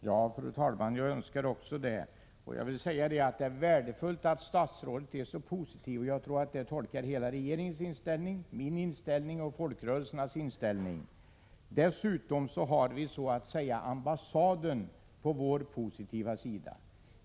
Fru talman! Jag önskar det också. Och jag vill säga att det är värdefullt att statsrådet är så positiv. Jag tror att det hon anfört väl tolkar hela regeringens inställning, min inställning och folkrörelsernas inställning. Dessutom har vi så att säga ambassaden på vår positiva sida.